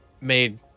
made